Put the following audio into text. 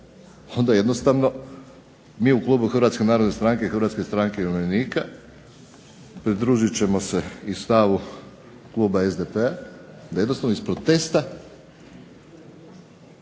onda jednostavno mi u klubu Hrvatske narodne stranke i Hrvatske stranke umirovljenika pridružit ćemo se i stavu kluba SDP-a da jednostavno iz protesta